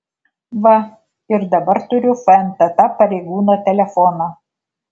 va ir dabar turiu fntt pareigūno telefoną